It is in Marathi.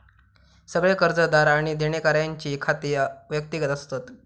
सगळे कर्जदार आणि देणेकऱ्यांची खाती व्यक्तिगत असतत